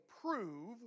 prove